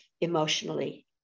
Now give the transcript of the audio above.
emotionally